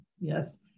Yes